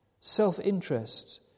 self-interest